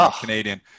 Canadian